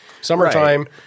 Summertime